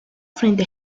frente